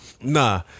Nah